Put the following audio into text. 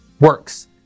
works